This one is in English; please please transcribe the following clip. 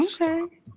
Okay